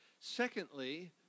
Secondly